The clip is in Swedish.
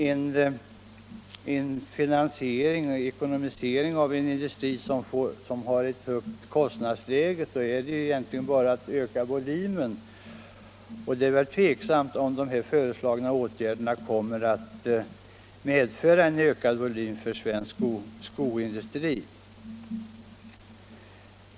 En finansiering och ekonomisering av en industri som har ett högt kostnadsläge kan ju egentligen bara genomföras genom en ökning av volymen, och det är väl tveksamt om de nu föreslagna åtgärderna kommer att medföra en ökad volym för svensk skoindustri.